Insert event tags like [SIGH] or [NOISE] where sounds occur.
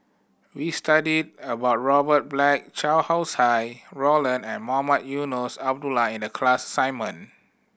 we studied about Robert Black Chow [UNINTELLIGIBLE] Roland and Mohamed Eunos Abdullah in the class assignment